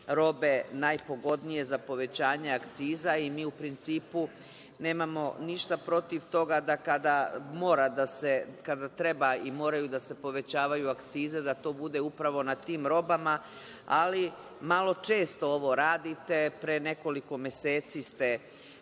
robe najpogodnije za povećanje akciza i mi u principu nemamo ništa protiv toga da kada mora da se, kada treba da se povećavaju akcize da to bude upravo na tim robama, ali malo često ovo radite. Pre nekoliko meseci ste